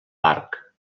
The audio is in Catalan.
parc